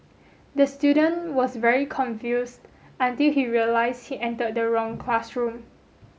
the student was very confused until he realised he entered the wrong classroom